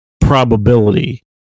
probability